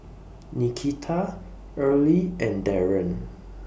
Nikita Earlie and Darron